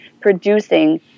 producing